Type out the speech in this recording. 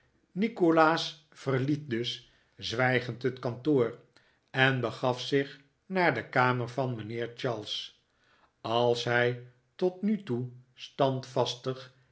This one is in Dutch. nikolaas verliet dus zwijgend het kantoor en begaf zich naar de kamer van mijnheer charles als hij tot nu toe